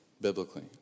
biblically